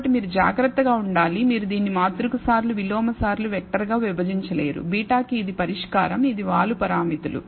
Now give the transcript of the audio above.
కాబట్టి మీరు జాగ్రత్తగా ఉండాలి మీరు దీన్ని మాతృక సార్లు విలోమ సార్లు వెక్టర్ గా విభజించలేరు β కి ఇది పరిష్కారం ఇది వాలు పారామితులు